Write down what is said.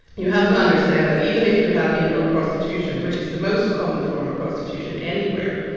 you have to understand that even if you have indoor prostitution, which is the most common form of prostitution anywhere,